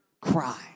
cry